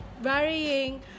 varying